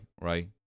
right